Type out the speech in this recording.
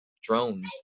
drones